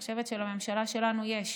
ואני חושבת שלממשלה שלנו יש,